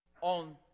on